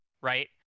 right